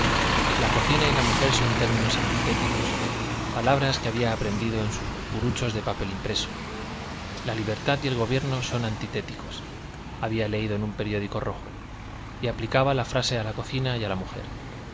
la cocina y la mujer son términos antitéticos palabras que había aprendido en sus cucuruchos de papel impreso la libertad y el gobierno son antitéticos había leído en un periódico rojo y aplicaba la frase a la cocina y a la mujer